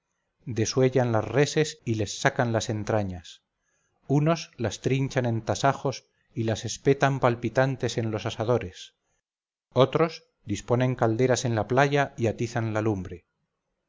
festín desuellan las reses y les sacan las entrañas unos las trinchan en tasajos y las espetan palpitantes en los asadores otros disponen calderas en la playa y atizan la lumbre